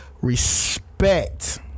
Respect